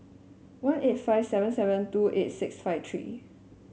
one eight five seven seven two eight six five three